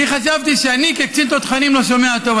אני חשבתי שאני, כקצין תותחנים, לא שומע טוב.